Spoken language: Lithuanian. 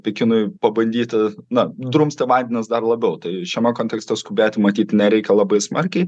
pekinui pabandyt na drumsti vandenis dar labiau tai šiame kontekste skubėti matyt nereikia labai smarkiai